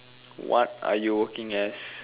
what are you working as